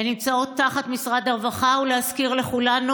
הן נמצאות תחת משרד הרווחה, ולהזכיר לכולנו,